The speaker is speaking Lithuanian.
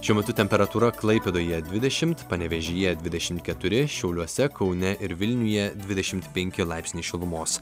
šiuo metu temperatūra klaipėdoje dvidešim panevėžyje dvidešim keturi šiauliuose kaune ir vilniuje dvidešim penki laipsniai šilumos